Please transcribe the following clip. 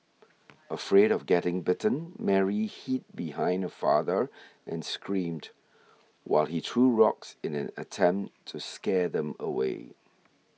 afraid of getting bitten Mary hid behind her father and screamed while he threw rocks in an attempt to scare them away